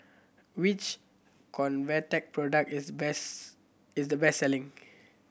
which Convatec product is best is the best selling